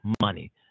money